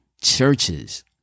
Churches